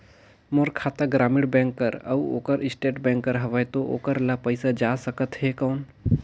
मोर खाता ग्रामीण बैंक कर अउ ओकर स्टेट बैंक कर हावेय तो ओकर ला पइसा जा सकत हे कौन?